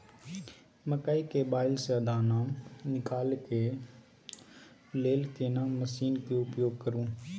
मकई के बाईल स दाना निकालय के लेल केना मसीन के उपयोग करू?